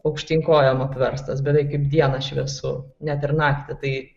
aukštyn kojom apverstas beveik kaip dieną šviesu net ir naktį tai